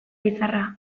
bizarra